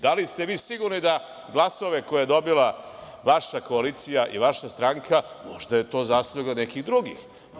Da li ste vi sigurni da glasove koje je dobila vaša koalicija i vaša stranka, možda je to zasluga nekih drugih?